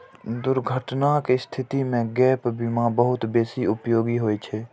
दुर्घटनाक स्थिति मे गैप बीमा बहुत बेसी उपयोगी होइ छै